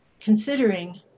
considering